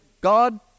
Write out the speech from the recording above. God